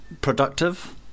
productive